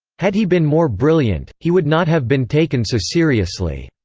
had he been more brilliant, he would not have been taken so seriously.